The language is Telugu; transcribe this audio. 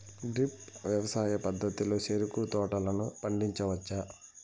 డ్రిప్ వ్యవసాయ పద్ధతిలో చెరుకు తోటలను పండించవచ్చా